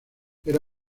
era